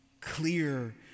clear